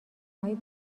های